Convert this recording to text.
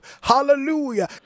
Hallelujah